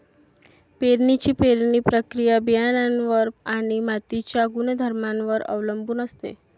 पेरणीची पेरणी प्रक्रिया बियाणांवर आणि मातीच्या गुणधर्मांवर अवलंबून असते